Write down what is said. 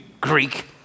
Greek